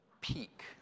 peak